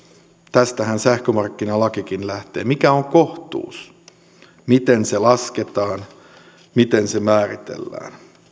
tästähän sähkömarkkinalakikin lähtee mikä on kohtuus miten se lasketaan miten se määritellään